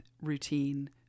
routine